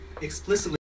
explicitly